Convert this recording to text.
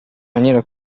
maniera